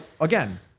again